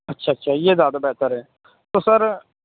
اچھا اچھا یہ زیادہ بہتر ہے تو سر